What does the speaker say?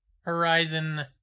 Horizon